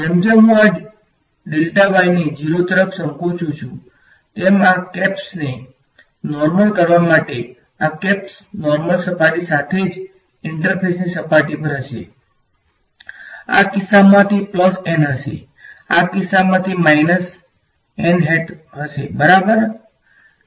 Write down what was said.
જેમ જેમ હું આ ડેલ્ટા y ને 0 તરફ સંકોચું છું તેમ આ કેપ્સને નોર્મલ કરવા માટે આ કેપ્સ નોર્મલ સપાટી સાથે જ ઇન્ટરફેસની સપાટી પર હશે આ કિસ્સામાં તે પ્લસ n હશે આ કિસ્સામાં તે માઇનસ n હેટ બરાબર હશે